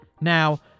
Now